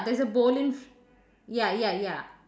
there's a bowl in fr~ ya ya ya